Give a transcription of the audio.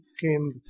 came